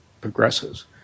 progresses